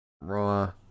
raw